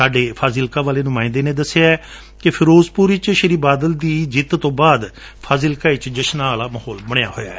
ਸਾਡੇ ਫਾਜ਼ਿਲਕਾ ਵਾਲੇ ਨੁਮਾਂਇੰਦੇ ਨੇ ਦਸਿਐ ਕਿ ਫਿਰੋਜ਼ਪੁਰ ਵਿਚ ਸ੍ਰੀ ਬਾਦਲ ਦੀ ਜਿੱਤ ਯਕੀਨੀ ਤੋਂ ਬਾਅਦ ਫਾਜ਼ਿਲਕਾ ਵਿਚ ਜਸ਼ਨਾਂ ਵਾਲਾ ਮਾਹੌਲ ਏ